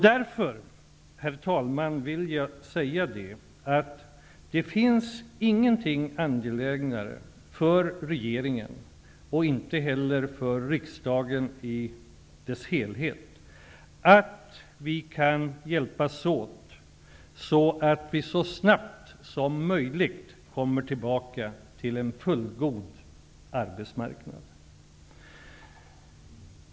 Därför vill jag, herr talman, säga att det inte finns någonting mer angeläget för regeringen, inte heller för riksdagen i dess helhet, än att vi hjälps åt för att så snabbt som möjligt komma tillbaka till en fullgod arbetsmarknad.